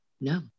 No